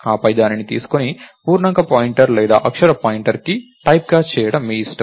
ఆపై దానిని తీసుకొని పూర్ణాంక పాయింటర్ లేదా అక్షర పాయింటర్కి టైప్కాస్ట్ చేయడం మీ ఇష్టం